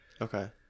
okay